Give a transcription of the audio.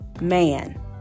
man